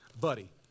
buddy